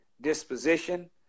disposition